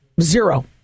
zero